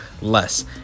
less